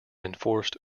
enforced